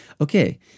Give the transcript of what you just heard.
Okay